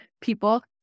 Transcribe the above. people